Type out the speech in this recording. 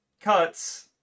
cuts